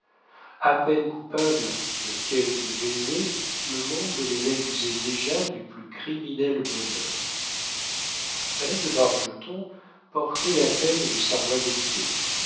à peine coupables de quelques baisers le monde les accusait déjà du plus criminel bonheur madame de bargeton portait la peine de sa royauté